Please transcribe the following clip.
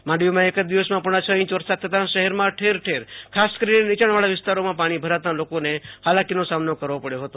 માંડવીમાં એક જ દિવસમાં પોણા છ ઇંચ વરસાદ થતાં શહેરમાં ઠેર ઠેર ખાસ કરીને નીચાણવાળા વિસ્તારોમાં પાણી ભરાતાં લોકોને હાલાકીનો સામનો કરવો પડ્યો હતો